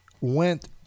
went